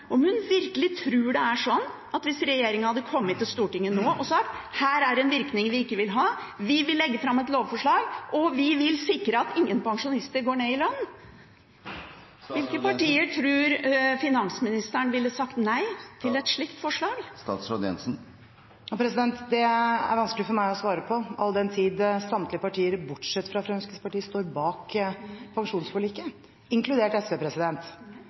Hvis regjeringen hadde kommet til Stortinget nå og sagt at her er det en virkning vi ikke vil ha, vi vil legge fram et lovforslag for å sikre at ingen pensjonister går ned i lønn – hvilke partier tror finansministeren ville sagt nei til et slikt forslag? Det er vanskelig for meg å svare på, all den tid samtlige partier bortsett fra Fremskrittspartiet står bak pensjonsforliket, inkludert SV.